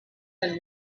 then